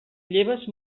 lleves